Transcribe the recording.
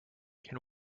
can